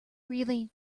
really